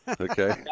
Okay